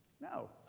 no